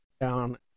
down